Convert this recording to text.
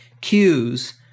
cues